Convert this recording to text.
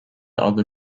other